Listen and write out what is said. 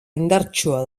indartsua